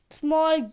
small